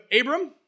Abram